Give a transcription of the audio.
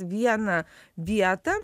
vieną vietą